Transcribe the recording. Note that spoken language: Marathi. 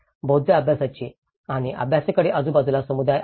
बौद्ध अभ्यासाचे आणि त्यांच्याकडे आजूबाजूला समुदाय आहे